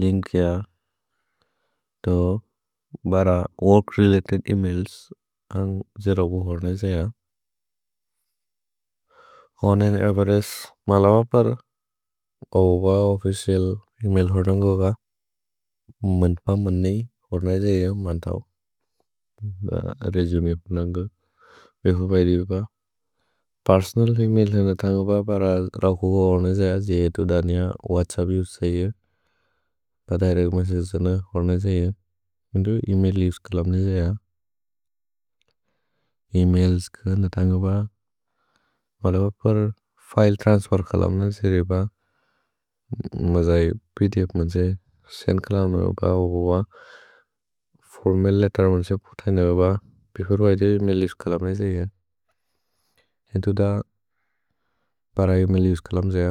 लिन्किअ तो बर work related emails अन्ग् जिरबु होद्ने जेय। ओन् अन्द् एवेरेस्त् मौल वपर् अवु ब ओफिसे एमैल् होदन्गु ब। मन्प मन्नि होद्ने जेय। मन्तौ, रेजुमे पनन्गु। भेहु बैरिब् ब। पेर्सोनल् एमैल्स् न थन्गु ब। पर रौकु होद्ने जेय जिहेतु दनिअ। व्हत्सप्प् उसे जेय। त दिरेच्त् मेस्सगे जेन होद्ने जेय। किन्तु एमैल् उसे क्लुब्ने जेय। एमैल्स् न थन्गु ब। वले वपर् फिले त्रन्स्फेर् खमनि न जिरिब। मजै प्द्फ् मन्जे। सेन्द् खमनि न होग अवु ब। फोर्मल् लेत्तेर् मन्जे। पुतैन् न होब। भेहु वज्दे एमैल् उसे क्लुब्ने जेय। जिहेतु द पर एमैल् उसे क्लुब्ने जेय।